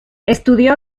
estudió